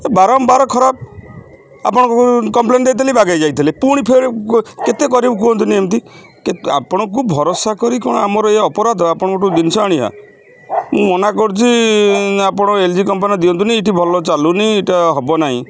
ବାରମ୍ବାର ଖରାପ ଆପଣଙ୍କୁ କମ୍ପ୍ଲେନ୍ ଦେଇଥିଲି ବାଗେଇ ଯାଇଥିଲେ ପୁଣି ଫେରି କେତେ କରିବୁ କୁହନ୍ତୁନି ଏମିତି କେ ଆପଣଙ୍କୁ ଭରସା କରି କଣ ଆମର ଏ ଅପରାଧ ଆପଣଙ୍କଠୁ ଜିନିଷ ଆଣିଆ ମୁଁ ମନା କରୁଛି ଆପଣ ଏଲ୍ ଜି କମ୍ପାନୀ ଦିଅନ୍ତୁନି ଏଠି ଭଲ ଚାଲୁନି ଏଇଟା ହେବ ନାହିଁ